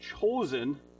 chosen